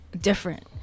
different